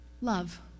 Love